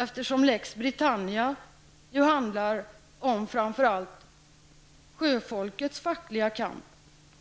Eftersom Lex Britannia framför allt handlar om sjöfolkets fackliga kamp,